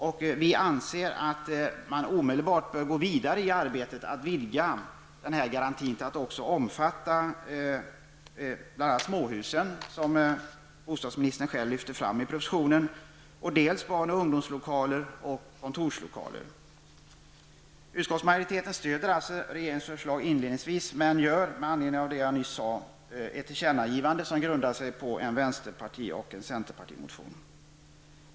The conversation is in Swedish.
Därför anser vi att man omedelbart bör gå vidare i arbetet med att vidga den här garantin till att också omfatta bl.a. småhusen, som bostadsministern själv lyfter fram i propositionen, barn och ungdomslokaler samt kontorslokaler. Utskottsmajoriteten stödjer alltså regeringens förslag inledningsvis men gör, men anledning av vad jag nyss sade, ett tillkännergivande som grundar sig på en vänsterparti och en centermotion.